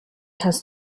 has